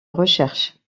recherche